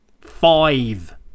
Five